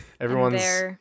Everyone's